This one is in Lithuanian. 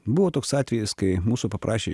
buvo toks atvejis kai mūsų paprašė